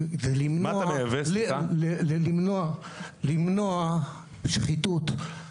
כדי למנוע שחיתות,